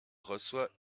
reçoit